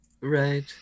Right